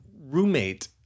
roommate